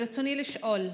רצוני לשאול: